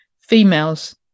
Females